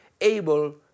able